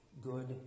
good